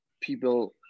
people